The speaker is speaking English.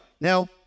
now